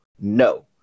no